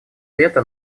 вето